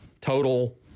Total